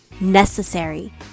necessary